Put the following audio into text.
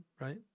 right